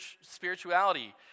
spirituality